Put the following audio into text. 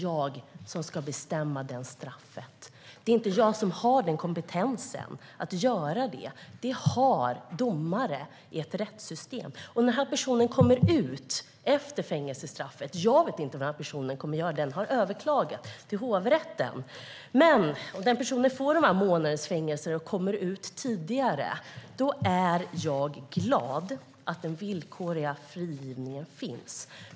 Jag har inte kompetensen att göra det. Den har domare i ett rättssystem. När den här personen kommer ut efter fängelsestraffet - nu har han överklagat till hovrätten - är jag glad för att den villkorliga frigivningen finns.